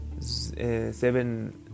seven